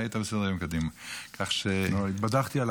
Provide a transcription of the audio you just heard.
התבדחתי.